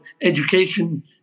education